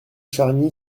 charny